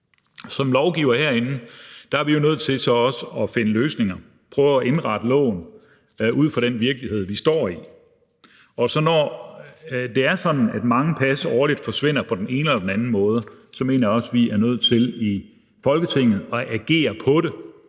Som lovgivere herinde er vi jo også nødt til at finde løsninger og prøve at indrette loven ud fra den virkelighed, vi befinder os i. Så når det er sådan, at mange pas årligt forsvinder på den ene eller på den anden måde, mener jeg også, at vi i Folketinget er nødt